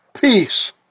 Peace